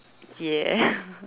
ya